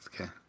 okay